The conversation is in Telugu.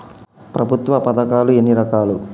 ప్రభుత్వ పథకాలు ఎన్ని రకాలు?